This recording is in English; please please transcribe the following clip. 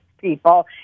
people